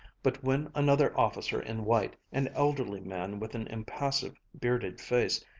but when another officer in white, an elderly man with an impassive, bearded face,